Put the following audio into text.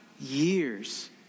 years